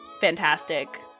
Fantastic